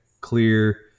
clear